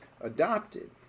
adopted